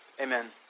amen